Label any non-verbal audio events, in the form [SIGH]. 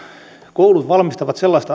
koulut valmistavat sellaista [UNINTELLIGIBLE]